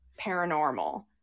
paranormal